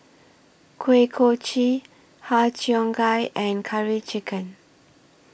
Kuih Kochi Har Cheong Gai and Curry Chicken